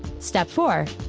step four.